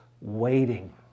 waiting